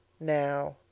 Now